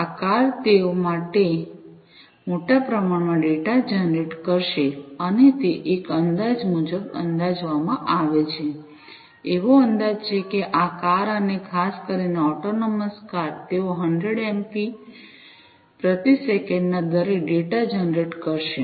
આ કાર તેઓ મોટા પ્રમાણમાં ડેટા જનરેટ કરશે અને તે એક અંદાજ મુજબ અંદાજવામાં આવે છે એવો અંદાજ છે કે આ કાર અને ખાસ કરીને ઓટોનોમસ કાર તેઓ 100 એમબી પ્રતિ સેકન્ડના દરે ડેટા જનરેટ કરશે